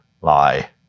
lie